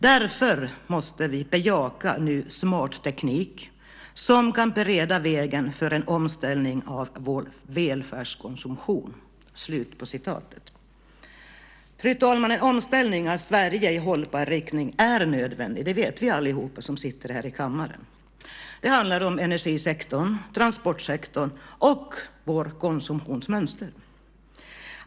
Därför måste vi bejaka ny smart teknik som kan bereda vägen för en omställning av vår välfärdskonsumtion." En omställning av Sverige i hållbar riktning är nödvändig. Det vet vi alla som sitter här i kammaren. Det handlar om energisektorn, transportsektorn och vårt konsumtionsmönster.